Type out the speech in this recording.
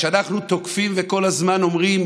כשאנחנו תוקפים וכל הזמן אומרים: